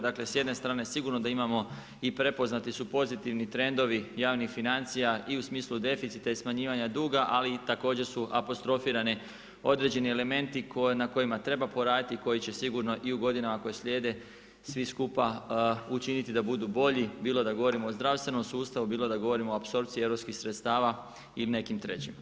Dakle, s jedne strane sigurno da imamo i prepoznati su pozitivni trendovi javnih financija i u smislu deficita i smanjivanja duga ali također su apostrofirane određeni elementi na kojima treba poraditi i koji će sigurno i u godinama koje slijede svi skupa učiniti da budu bolji, bilo da govorimo o zdravstvenom sustavu, bilo da govorimo o apsorpciji europskih sredstva ili nekim trećim.